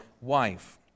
wife